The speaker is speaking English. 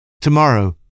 Tomorrow